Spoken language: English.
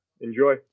Enjoy